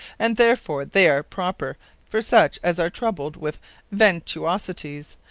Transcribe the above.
and therefore they are proper for such as are troubled with ventuosities,